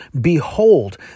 behold